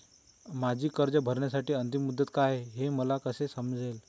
माझी कर्ज भरण्याची अंतिम मुदत काय, हे मला कसे समजेल?